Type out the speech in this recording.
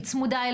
היא צמודה,